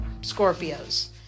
Scorpios